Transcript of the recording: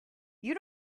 you